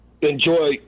enjoy